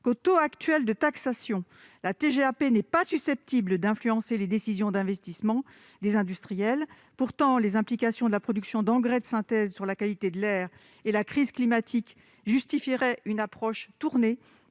au taux actuel de taxation, la TGAP n'est pas susceptible d'influencer les décisions d'investissement des industriels. Pourtant, les implications de la production d'engrais de synthèse sur la qualité de l'air et la crise climatique justifieraient une approche tournée